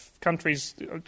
countries